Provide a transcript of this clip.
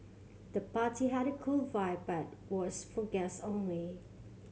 the party had a cool vibe but was for guests only